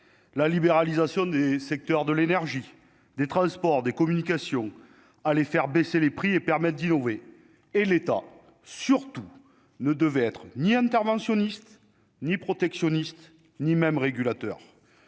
la libéralisation des secteurs de l'énergie, des transports, des communications, à les faire baisser les prix et permettent d'innover et l'État, surtout ne devait être ni interventionniste ni protectionniste, ni même régulateur